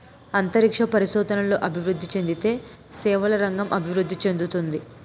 అంతరిక్ష పరిశోధనలు అభివృద్ధి చెందితే సేవల రంగం అభివృద్ధి చెందుతుంది